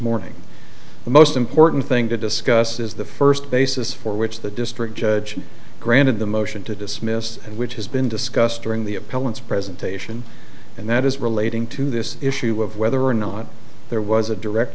morning the most important thing to discuss is the first basis for which the district judge granted the motion to dismiss and which has been discussed during the appellant's presentation and that is relating to this issue of whether or not there was a direct